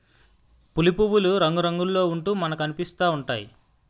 పులి పువ్వులు రంగురంగుల్లో ఉంటూ మనకనిపిస్తా ఉంటాయి